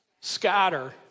Scatter